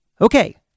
Okay